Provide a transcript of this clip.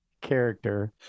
character